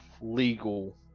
legal